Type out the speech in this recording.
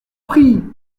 prie